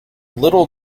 little